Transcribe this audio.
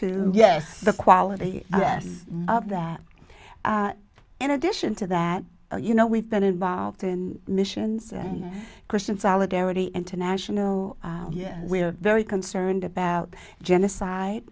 to yes the quality of that in addition to that you know we've been involved in missions christian solidarity international we're very concerned about genocide